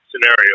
scenario